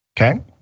okay